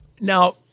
now